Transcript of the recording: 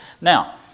Now